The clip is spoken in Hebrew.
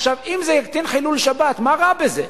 עכשיו, אם זה יקטין חילול שבת, מה רע בזה?